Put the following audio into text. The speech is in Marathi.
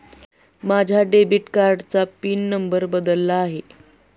माझ्या डेबिट कार्डाचा पिन नंबर बदलला आहे